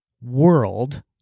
world